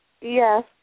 Yes